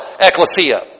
ecclesia